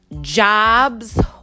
jobs